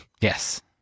Yes